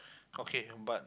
okay but